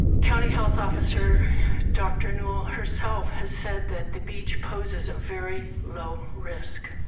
county health officer dr. newell herself has said that the beach poses a very low risk.